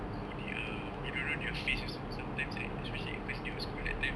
who they are you don't know their face also sometimes like especially like first day of school that time